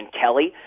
Kelly